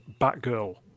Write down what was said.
Batgirl